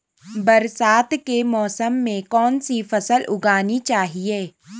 बरसात के मौसम में कौन सी फसल उगानी चाहिए?